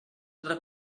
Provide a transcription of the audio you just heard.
podrà